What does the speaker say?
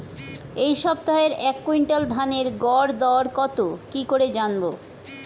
এই সপ্তাহের এক কুইন্টাল ধানের গর দর কত কি করে জানবো?